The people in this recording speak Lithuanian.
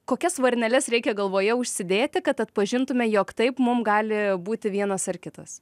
kokias varneles reikia galvoje užsidėti kad atpažintume jog taip mum gali būti vienas ar kitas